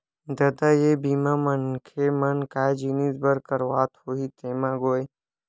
ददा ये बीमा मनखे मन काय जिनिय बर करवात होही तेमा गोय?